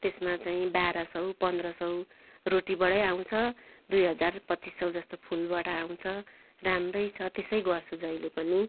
त्यसमा चाहिँ बाह्र सौ पन्द्र सौ रोटीबाटै आउँछ दुई हजार पच्चिस सौ जस्तो फुलबाट आउँछ राम्रै छ त्यसै गर्छु जहिले पनि